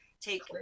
take